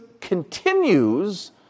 continues